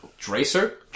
Dracer